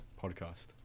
podcast